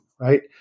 right